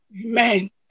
Amen